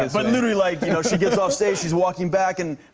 but literally, like, you know, she gets off stage. she's walking back. and